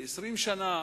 ל-20 שנה,